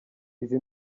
izi